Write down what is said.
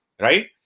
right